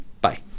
Bye